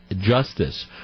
justice